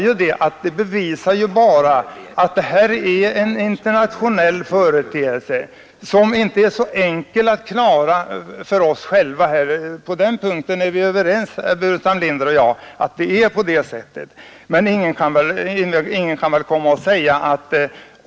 Ja, det bevisar att detta är en internationell företeelse som inte är så enkel för oss att klara. På den punkten är vi överens, herr Burenstam Linder och jag.